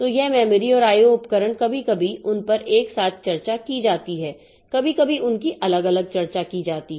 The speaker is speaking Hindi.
तो यह मेमोरी और IO उपकरण कभी कभी उन पर एक साथ चर्चा की जाती है कभी कभी उनकी अलग अलग चर्चा की जाती है